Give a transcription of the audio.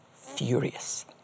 furious